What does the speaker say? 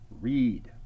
read